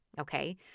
Okay